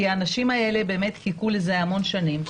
כי האנשים האלה חיכו לזה המון שנים,